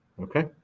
Okay